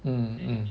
mm mm